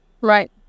right